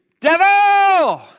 Devil